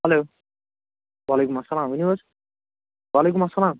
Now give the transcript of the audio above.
hello وَعلیکُم اَسَلام ؤنِو حظ وَعلیکُم اَسَلام